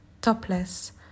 topless